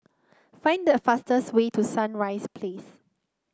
find the fastest way to Sunrise Place